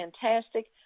fantastic